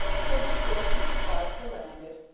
so the stores and supplies were landed,